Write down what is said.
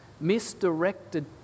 misdirected